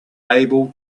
able